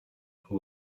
who